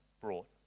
brought